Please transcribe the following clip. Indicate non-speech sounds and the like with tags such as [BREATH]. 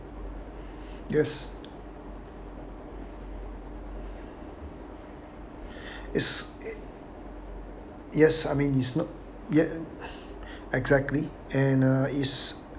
yes [BREATH] is yes I mean is not ye~ exactly and uh is